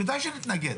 בוודאי שנתנגד,